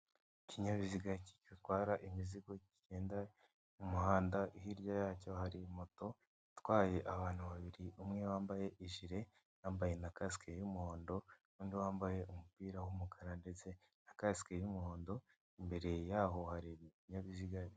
Ikinyabiziga gitwara imizigo kigenda mu muhanda, hirya yacyo hari moto itwaye abantu babiri umwe wambaye ijire yambaye na kasike y'umuhondo n'undi wambaye umupira w'umukara ndetse na kasike y'umuhondo, imbere yaho hari ibinyabiziga.